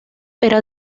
era